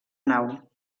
nau